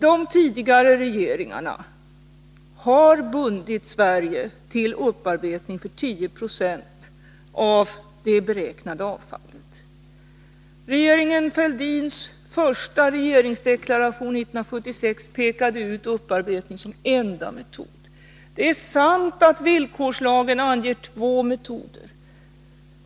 De tidigare regeringarna har bundit Sverige till upparbetning för 10 90 av det beräknade avfallet. Regeringen Fälldins första regeringsdeklaration 1976 pekade ut upparbetning som enda metod. Det är sant att villkorslagen anger två metoder.